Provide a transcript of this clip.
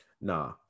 Nah